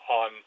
on